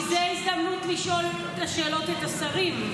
כי זו הזדמנות לשאול שאלות את השרים.